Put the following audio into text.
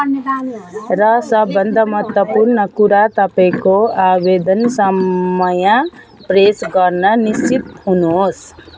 र सबभन्दा महत्त्वपूर्ण कुरा तपाईँँको आवेदन समय पेस गर्न निश्चित हुनुहोस्